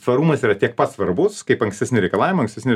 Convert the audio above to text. tvarumas yra tiek pat svarbus kaip ankstesni reikalavimai ankstesni